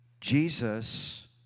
Jesus